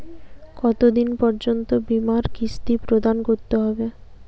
কতো দিন পর্যন্ত বিমার কিস্তি প্রদান করতে হবে?